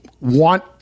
want